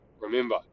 remember